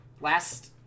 last